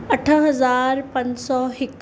अठ हज़ार पंज सौ हिकु